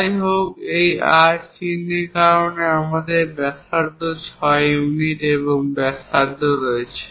যাইহোক এই R চিহ্নের কারণে আমাদের ব্যাসার্ধ 6 ইউনিট এবং এর ব্যাসার্ধ রয়েছে